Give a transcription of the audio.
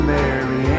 Mary